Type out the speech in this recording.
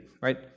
right